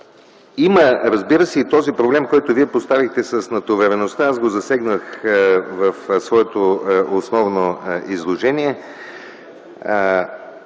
се, има го и този проблем, който Вие поставихте с натовареността. Аз го засегнах в своето основно изложение.